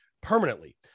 permanently